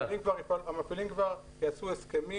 המפעילים כבר יעשו הסכמים.